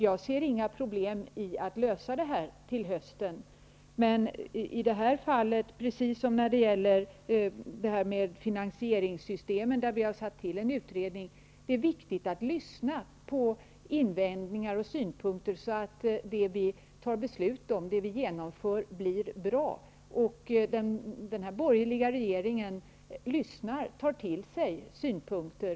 Jag ser inte några problem i att lösa detta till hösten. Men det är viktigt att lyssna på invändningar och synpunkter, så att det vi fattar beslut om och genomför blir bra. Det gäller i detta fall precis som när det gäller finansieringssystemen, där vi har tillsatt en utredning. Den här borgerliga regeringen lyssnar och tar till sig synpunkter.